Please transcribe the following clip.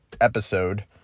episode